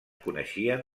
coneixien